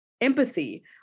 empathy